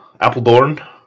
Appledorn